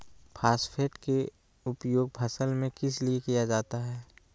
Phosphate की उपयोग फसल में किस लिए किया जाता है?